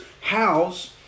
house